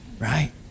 Right